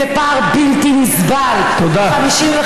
זה פער בלתי נסבל, תודה.